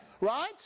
Right